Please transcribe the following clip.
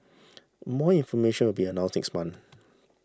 more information will be announced next month